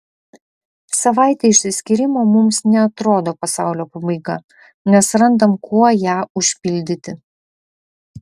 savaitė išsiskyrimo mums neatrodo pasaulio pabaiga nes randam kuo ją užpildyti